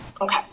Okay